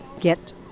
get